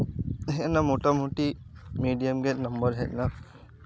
ᱦᱮᱡ ᱮᱱᱟ ᱢᱳᱴᱟᱢᱩᱴᱤ ᱢᱤᱰᱤᱭᱟᱢ ᱜᱮ ᱱᱟᱢᱵᱟᱨ ᱦᱮᱡ ᱮᱱᱟ